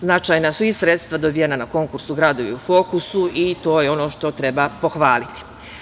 Značajna su i sredstva dobijena na konkursu "Gradovi u fokusu" i to je ono što treba pohvaliti.